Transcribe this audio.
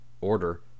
order